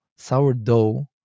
Sourdough